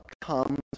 comes